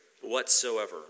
whatsoever